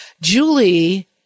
Julie